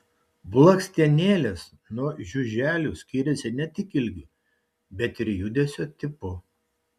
blakstienėlės nuo žiuželių skiriasi ne tik ilgiu bet ir judesio tipu